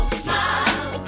smile